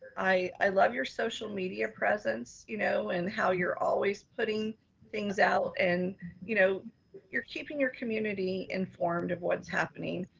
i love your social media presence, you know and how you're always putting things out. and you know you're keeping your community informed of what's happening.